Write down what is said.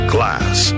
Class